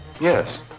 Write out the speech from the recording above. Yes